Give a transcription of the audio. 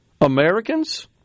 Americans